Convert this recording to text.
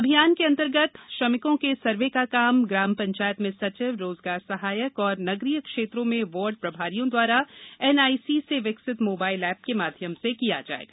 अभियानन्तर्गत श्रमिकों के सर्वे का कार्य ग्राम पंचायतों में सचिव रोजगार सहायक तथा नगरीय क्षेत्रों में वार्ड प्रभारियों दवारा एनआईसी से विकसित मोबाइल एप के माध्यम से किया जायेगा